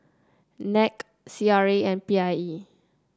NAC C R A and P I E